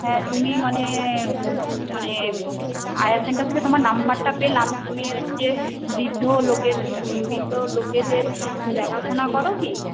হ্যাঁ তুমি মানে মানে আয়া সেন্টার থেকে তোমার নম্বরটা পেলাম তুমি হচ্ছে বৃদ্ধ লোকের বৃদ্ধ লোকেদের দেখাশোনা করো কি